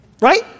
right